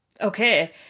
Okay